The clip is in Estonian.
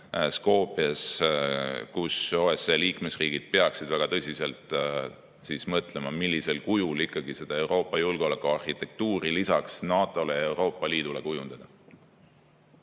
Skopjes ning OSCE liikmesriigid peaksid väga tõsiselt mõtlema, millisel kujul ikkagi Euroopa julgeolekuarhitektuuri lisaks NATO-le ja Euroopa Liidule kujundada.